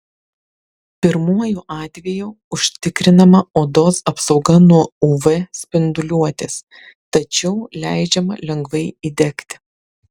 pirmuoju atveju užtikrinama odos apsauga nuo uv spinduliuotės tačiau leidžiama lengvai įdegti